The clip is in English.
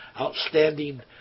outstanding